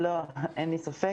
אין לי ספק.